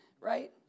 Right